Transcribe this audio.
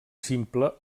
simple